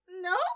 no